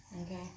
Okay